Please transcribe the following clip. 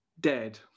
dead